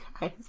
guys